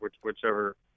whichever